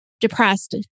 depressed